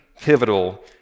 pivotal